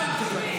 אנחנו מקשיבים.